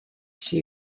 все